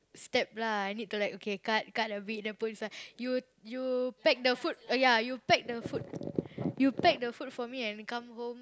step lah I need to like okay cut cut a bit then put inside you you pack the food ya you pack the food you pack the food for me and come home